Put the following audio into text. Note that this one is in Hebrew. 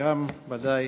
שגם ודאי